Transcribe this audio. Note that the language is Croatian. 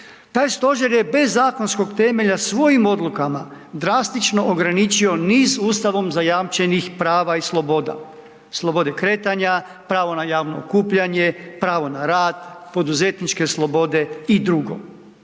taj stožer je bez zakonskog temelja svojim odlukama drastično ograničio niz Ustavom zajamčenih prava i sloboda, slobode kretanja, pravo na javno okupljanje, pravo na rad, poduzetničke slobode i dr.,